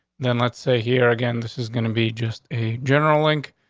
then let's say here again, this is gonna be just a general link.